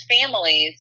families